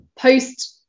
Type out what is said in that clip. post